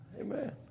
Amen